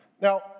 Now